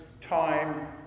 time